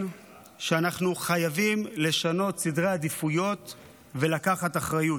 שאנחנו חייבים לשנות סדרי עדיפויות ולקחת אחריות.